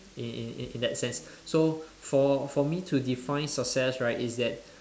in in in that sense so for for me to define success right it's that